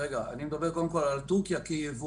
אני מדבר קודם כל על טורקיה כיבואנית.